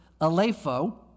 alepho